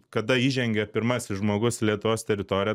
kada įžengė pirmasis žmogus į lietuvos teritoriją